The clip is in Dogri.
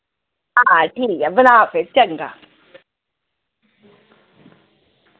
हां ठीक ऐ बना फिर चंगा